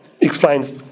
explains